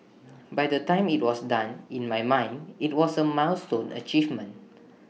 by the time IT was done in my mind IT was A milestone achievement